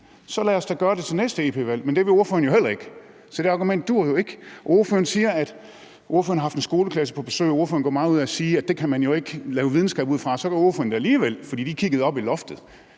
så lad os da gøre det til det næste europaparlamentsvalg – men det vil ordføreren jo heller ikke, så det argument duer ikke. Ordføreren siger, at hun har haft en skoleklasse på besøg, og ordføreren gør meget ud af at sige, at det kan man jo ikke lave videnskab ud fra. Men så gør ordføreren det alligevel, når hun siger, at de kiggede op i loftet